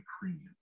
Premium